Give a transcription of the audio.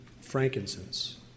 frankincense